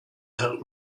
help